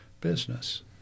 business